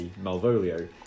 Malvolio